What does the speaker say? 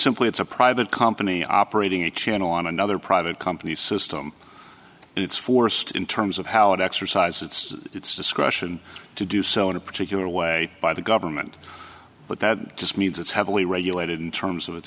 simply it's a private company operating a channel on another private company system and it's forced in terms of how to exercise its discretion to do so in a particular way by the government but that just means it's heavily regulated in terms of